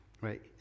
right